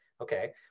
Okay